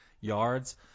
yards